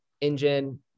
engine